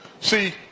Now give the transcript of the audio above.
See